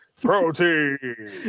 Protein